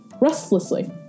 restlessly